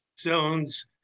zones